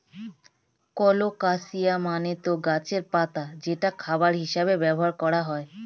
colocasia মানে তো গাছের পাতা যেটা খাবার হিসেবে ব্যবহার করা হয়